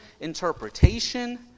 interpretation